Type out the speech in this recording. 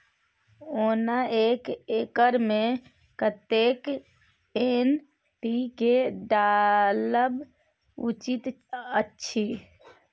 ओना एक एकर मे कतेक एन.पी.के डालब उचित अछि?